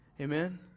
Amen